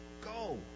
go